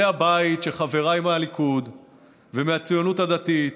זה הבית שחבריי מהליכוד ומהציונות הדתית,